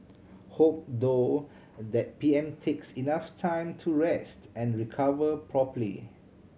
hope though that P M takes enough time to rest and recover properly